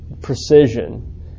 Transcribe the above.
precision